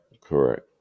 Correct